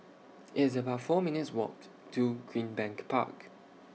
It's about four minutes' Walk to Greenbank Park